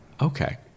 okay